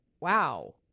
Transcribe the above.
wow